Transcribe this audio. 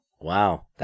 Wow